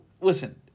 listen